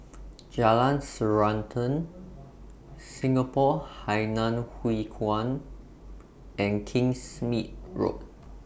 Jalan Srantan Singapore Hainan Hwee Kuan and Kingsmead Road